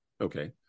Okay